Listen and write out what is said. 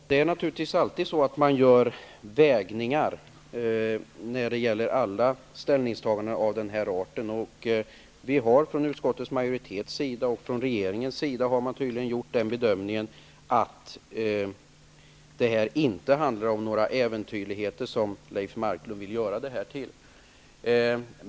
Fru talman! Naturligtvis görs det avvägningar vid alla ställningstaganden av den här arten. Vi från utskottsmajoritetens sida gör -- och det gör tydligen regeringen också -- den bedömningen att det inte handlar om några äventyrligheter, som Leif Marklund påstår här.